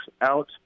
out